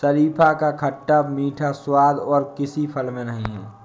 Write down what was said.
शरीफा का खट्टा मीठा स्वाद और किसी फल में नही है